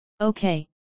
Okay